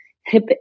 hip